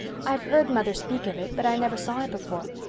i've heard mother speak of it but i never saw it before,